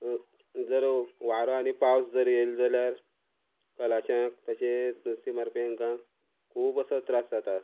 जर वारो आनी पावस जर येयलो जाल्यार कलाश्याक तशें नुस्तें मारपी हेंकां खूब असो त्रास जाता